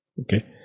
okay